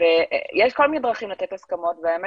יש כל מיני דרכים לתת הסכמות והאמת